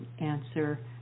answer